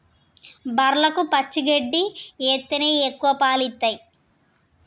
బర్లకు పచ్చి గడ్డి ఎత్తేనే ఎక్కువ పాలు ఇత్తయ్